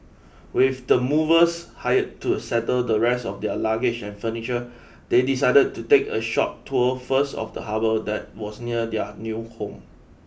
with the movers hired to settle the rest of their luggage and furniture they decided to take a short tour first of the harbour that was near their new home